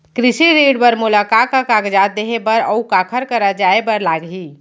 कृषि ऋण बर मोला का का कागजात देहे बर, अऊ काखर करा जाए बर लागही?